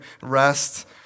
Rest